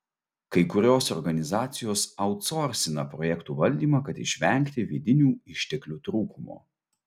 kai kurios organizacijos autsorsina projektų valdymą kad išvengti vidinių išteklių trūkumo